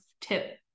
tip